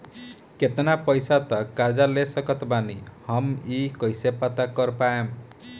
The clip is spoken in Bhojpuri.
केतना पैसा तक कर्जा ले सकत बानी हम ई कइसे पता कर पाएम?